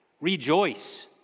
Rejoice